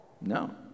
No